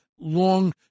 long